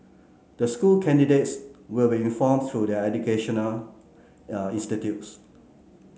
the school candidates will be informed through their educational institutes